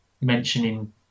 mentioning